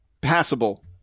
Passable